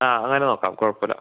ആ അങ്ങനെ നോക്കാം കുഴപ്പമില്ല